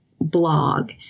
blog